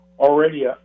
already